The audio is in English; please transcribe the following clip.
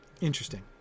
Interesting